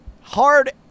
Hard